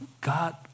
God